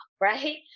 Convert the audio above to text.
right